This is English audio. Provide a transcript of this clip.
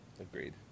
Agreed